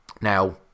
now